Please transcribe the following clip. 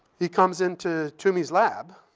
he comes into twomey's lab.